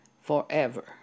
forever